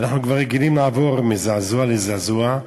ואנחנו כבר רגילים לעבור מזעזוע לזעזוע,